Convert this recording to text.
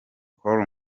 call